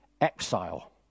exile